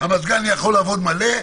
המזגן יכול לעבוד מלא,